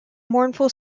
mournful